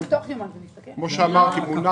כפי שאמרתי,